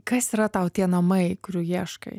kas yra tau tie namai kurių ieškai